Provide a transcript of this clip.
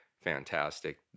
fantastic